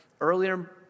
earlier